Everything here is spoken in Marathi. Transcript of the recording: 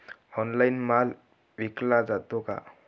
ऑनलाइन माल विकला जातो का?